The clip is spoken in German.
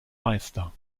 meister